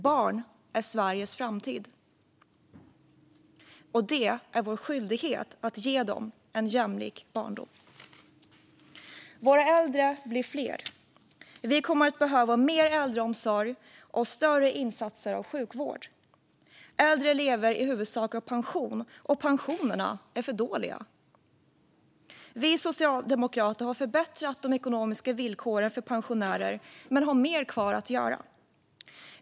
Barn är Sveriges framtid, och det är vår skyldighet att ge dem en jämlik barndom. Våra äldre blir fler. Vi kommer att behöva mer äldreomsorg och större insatser av sjukvård. Äldre lever i huvudsak av pension, och pensionerna är för dåliga. Vi socialdemokrater har förbättrat de ekonomiska villkoren för pensionärer, men vi har mer kvar att göra.